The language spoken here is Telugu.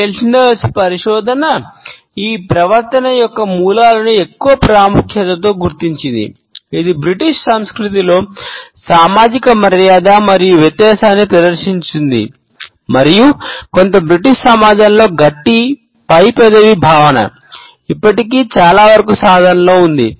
కెల్ట్నర్స్ భావన ఇప్పటికీ చాలావరకు సాధనలో ఉంది